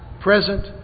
present